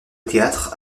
théâtre